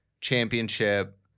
championship